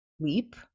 leap